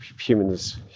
humans